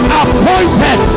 appointed